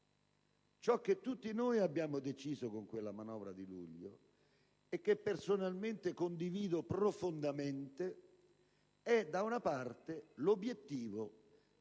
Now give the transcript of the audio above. ciò che tutti noi abbiamo deciso con quella manovra di luglio (e che personalmente condivido profondamente), si pone da una parte l'obiettivo di tagliare